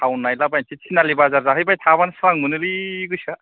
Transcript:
town नायला बायसै तिनालि बाजार जाहैबाय थाबानो स्रां मोनोलै गोसोआ